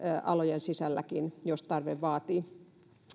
alojen sisälläkin jos tarve vaatii